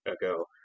ago